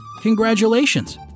congratulations